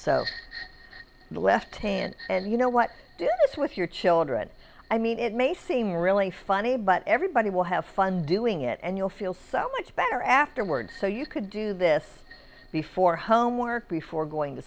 so the left hand and you know what is with your children i mean it may seem really funny but everybody will have fun doing it and you'll feel so much better afterward so you could do this before homework before going to